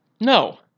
No